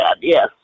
Yes